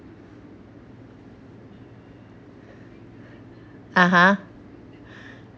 (uh huh)